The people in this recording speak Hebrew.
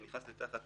שנכנס תחת